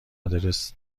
آدرس